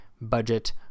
budget